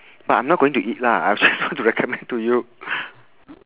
but I'm not going to eat lah I just want to recommend to you